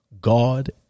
God